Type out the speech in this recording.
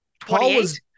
28